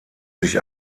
sich